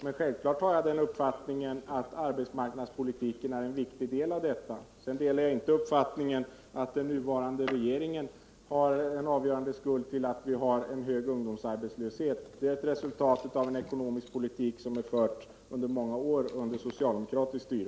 Självklart har jag den uppfattningen att arbetsmarknadspolitiken är en viktig del av detta. Däremot delar jag inte uppfattningen att den nuvarande regeringen har en avgörande skuld i att vi har en hög ungdomsarbetslöshet. Den är ett resultat av en ekonomisk politik som är förd under många år med socialdemokratiskt styre.